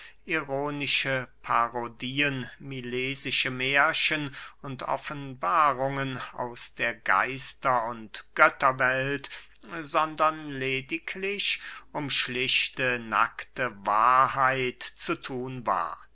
ironische parodien milesische mährchen und offenbarungen aus der geister und götterwelt sondern lediglich um schlichte nackte wahrheit zu thun war